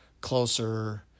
closer